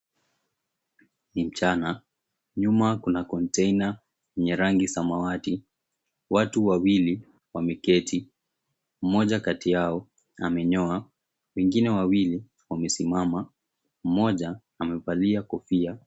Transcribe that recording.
Ni mchana, nyuma kuna container yenye rangi samawati watu wawili wameketi, mmoja kati yao amenyoa wengine wawili wamesimama mmoja amevalia kofia.